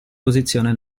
posizione